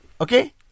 Okay